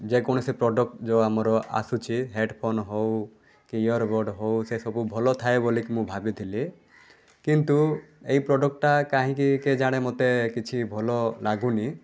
ଯେକୌଣସି ପ୍ରଡ଼କ୍ଟ ଯେଉଁ ଆମର ଆସୁଛି ହେଡ଼ଫୋନ୍ ହେଉ କି ଇଅରବଡ଼୍ ହେଉ ସେସବୁ ଭଲଥାଏ ବୋଲିକି ମୁଁ ଭାବିଥିଲି କିନ୍ତୁ ଏଇ ପ୍ରଡ଼କ୍ଟଟା କାହିଁକି କେଜାଣି ମୋତେ କିଛି ଭଲ ଲାଗୁନି